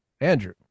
andrew